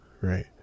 right